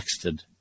texted